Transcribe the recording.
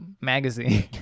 magazine